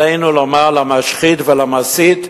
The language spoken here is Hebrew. עלינו לומר למשחית ולמסית,